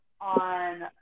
on